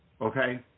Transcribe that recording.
okay